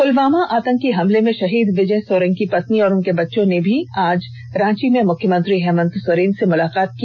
प्लवामा आतंकी हमले में शहीद विजय सोरेंग की पत्नी और उनके बच्चों ने भी आज रांची में मुख्यमंत्री हेमंत सोरेन से मुलाकात की